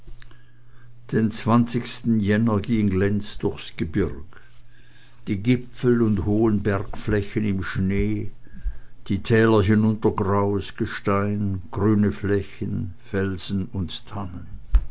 den jänner ging lenz durchs gebirg die gipfel und hohen bergflächen im schnee die täler hinunter graues gestein grüne flächen felsen und tannen